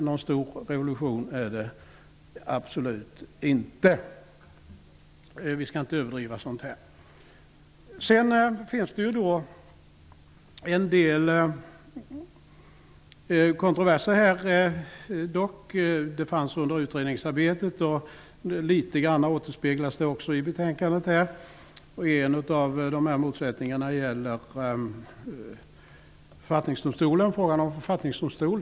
Någon stor revolution är det absolut inte. Vi skall inte överdriva detta. Sedan fanns det en del kontroverser under utredningsarbetet. Det återspeglas också litet grand i betänkandet. En av dessa motsättningar gäller frågan om en författningsdomstol.